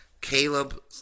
Caleb